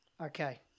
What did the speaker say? Okay